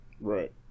Right